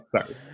sorry